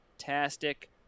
fantastic